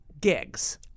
gigs